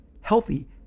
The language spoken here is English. healthy